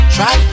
Try